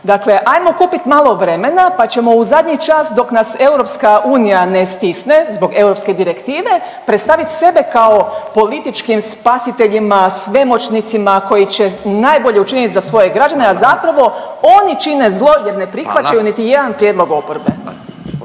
Dakle, ajmo kupiti malo vremena pa ćemo u zadnji čas dok nas EU ne stisne zbog europske direktive predstavit sebe kao političkim spasiteljima, svemoćnicima koji će najbolje učiniti za svoje građane, a zapravo oni čine zlo jer ne …/Upadica: Hvala./… prihvaćaju niti jedan prijedlog oporbe.